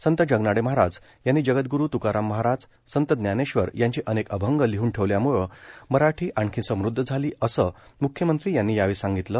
संत जगनाडे महाराज यांनी जगदग्रु तुकाराम महाराज संतज्ञानेश्वर यांचे अनेक अभंग लिहन ठेवल्यामुळे मराठी आणखी समृद्ध झाली असे म्ख्यमंत्री यांनी यावेळी सांगितले